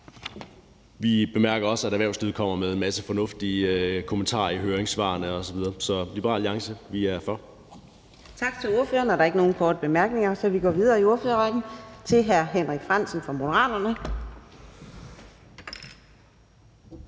Vi bemærker også, at erhvervslivet kommer med en masse fornuftige kommentarer i høringssvarene osv. Så Liberal Alliance er for. Kl. 11:13 Fjerde næstformand (Karina Adsbøl): Tak til ordføreren. Der er ikke nogen korte bemærkninger, så vi går videre i ordførerrækken til hr. Henrik Frandsen fra Moderaterne.